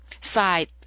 side